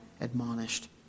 admonished